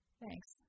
thanks